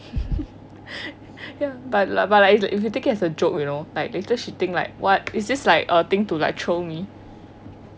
ya but lah but lah if if we take it as a joke you know like later she think like what is it like a thing to like uh troll me